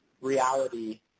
reality